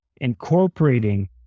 incorporating